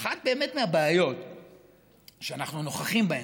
אחת מהבעיות שאנחנו נוכחים בהן,